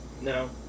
No